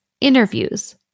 interviews